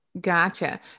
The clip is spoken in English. Gotcha